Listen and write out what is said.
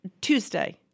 Tuesday